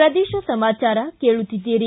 ಪ್ರದೇಶ ಸಮಾಚಾರ ಕೇಳುತ್ತೀದ್ದಿರಿ